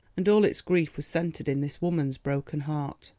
and all its grief was centred in this woman's broken heart.